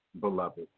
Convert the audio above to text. beloved